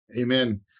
Amen